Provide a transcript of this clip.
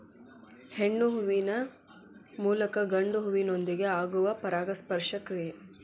ಹೆಣ್ಣು ಹೂವಿನ ಮೂಲಕ ಗಂಡು ಹೂವಿನೊಂದಿಗೆ ಆಗುವ ಪರಾಗಸ್ಪರ್ಶ ಕ್ರಿಯೆ